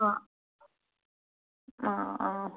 ആ ആ ആ